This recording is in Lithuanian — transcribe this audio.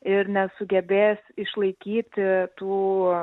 ir nesugebės išlaikyti tų